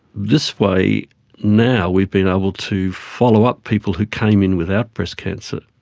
this way now we've been able to follow up people who came in without breast cancer,